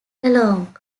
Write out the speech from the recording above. along